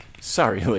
Sorry